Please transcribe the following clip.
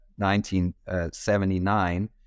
1979